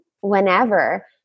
whenever